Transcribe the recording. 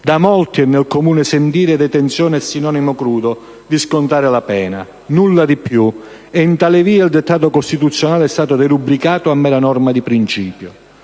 Da molti, e nel comune sentire, detenzione è sinonimo crudo di scontare la pena. Nulla di più, e in tale via il dettato costituzionale è stato derubricato a mera norma di principio.